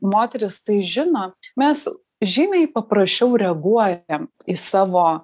moteris tai žino mes žymiai paprasčiau reaguojam į savo